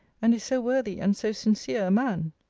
and is so worthy and so sincere a man?